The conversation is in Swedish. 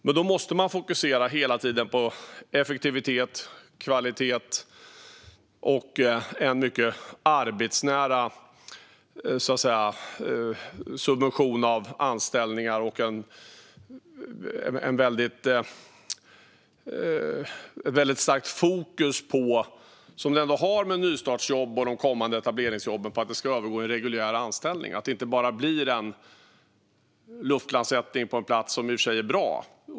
Men då måste man hela tiden fokusera på effektivitet, kvalitet, en mycket arbetsnära subvention av anställningar och ett starkt fokus - som vi ändå har med nystartsjobb och de kommande etableringsjobben - på att det ska övergå i reguljär anställning så att det inte bara blir en luftlandsättning på en plats som i och för sig är bra.